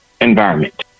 environment